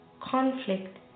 conflict